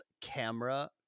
Camera